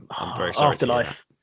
Afterlife